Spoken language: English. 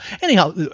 Anyhow